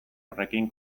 horrekin